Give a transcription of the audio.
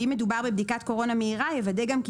ואם מדובר בבדיקת קורונה מהירה יוודא גם כי